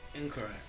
Incorrect